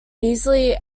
easily